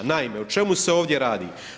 Naime, o čemu se ovdje radi?